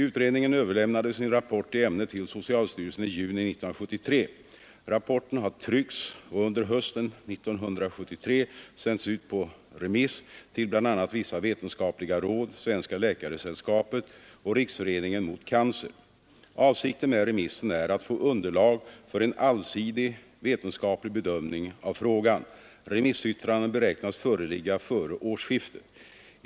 Utredningen överlämnade sin rapport i ämnet till socialstyrelsen i juni 1973. Rapporten har tryckts och under hösten 1973 sänts ut på remiss till bl.a. vissa vetenskapliga råd, Svenska läkaresällskapet och Riksföreningen mot cancer. Avsikten med remissen är att få underlag för en allsidig vetenskaplig bedömning av frågan. Remissyttrandena beräknas föreligga före årsskiftet.